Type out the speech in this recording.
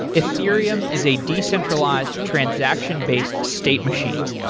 ethereum is a decentralized transaction-based state machine.